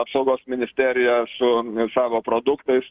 apsaugos ministeriją su savo produktais